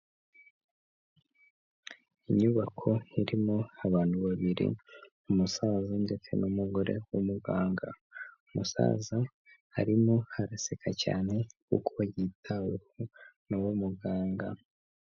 Inyubako irimo abantu babiri umusaza ndetse n'umugore w'umuganga umusaza arimo araseka cyane kuko yitaweho na muganga.